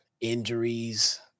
injuries